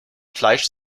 fleisch